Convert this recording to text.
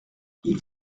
ils